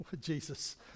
Jesus